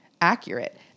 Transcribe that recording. accurate